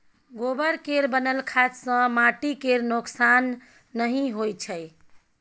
गोबर केर बनल खाद सँ माटि केर नोक्सान नहि होइ छै